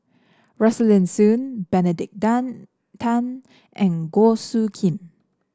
Rosaline Soon Benedict Dan Tan and Goh Soo Khim